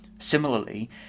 Similarly